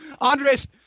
Andres